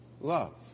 love